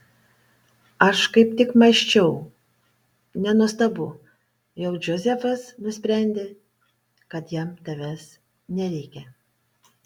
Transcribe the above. aš kaip tik mąsčiau nenuostabu jog džozefas nusprendė kad jam tavęs nereikia